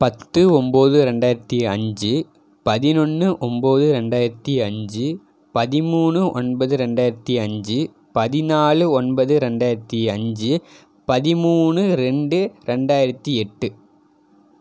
பத்து ஒம்பது ரெண்டாயிரத்தி அஞ்சு பதினொன்று ஒம்பது ரெண்டாயிரத்தி அஞ்சு பதிமூணு ஒன்பது ரெண்டாயிரத்தி அஞ்சு பதினாலு ஒன்பது ரெண்டாயிரத்தி அஞ்சு பதிமூணு ரெண்டு ரெண்டாயிரத்தி எட்டு